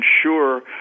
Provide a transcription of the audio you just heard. ensure